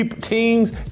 teams